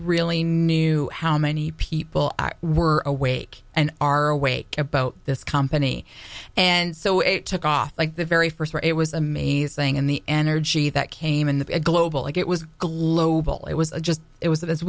really knew how many people are were awake and are awake about this company and so it took off like the very first where it was amazing and the energy that came in the global it was global it was just it was that as